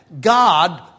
God